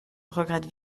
regrette